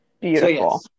Beautiful